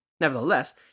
Nevertheless